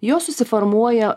jos susiformuoja